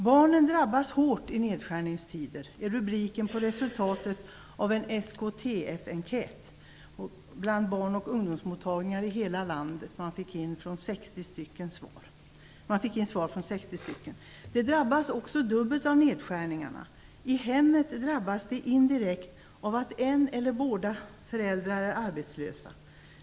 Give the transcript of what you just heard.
"Barnen drabbas hårt i nedskärningstider" är rubriken på resultatet av en SKTF-enkät bland barnoch ungdomsmottagningar i hela landet. Man fick in svar från 60 stycken. Barnen drabbas också dubbelt av nedskärningarna. I hemmet drabbas de indirekt av att en eller båda föräldrarna är utan arbete.